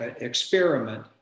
experiment